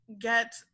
get